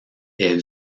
est